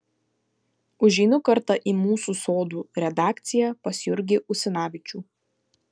užeinu kartą į mūsų sodų redakciją pas jurgį usinavičių